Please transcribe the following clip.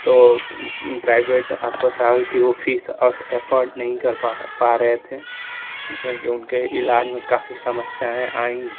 तो प्राइभेट अस्पताल की वो फीस अफ एफोर्ड नही कर पा पा रहे थे इसमें उनके इलाज में काफी समस्याएँ आईं